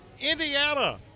Indiana